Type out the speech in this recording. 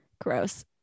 gross